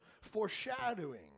foreshadowing